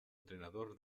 entrenador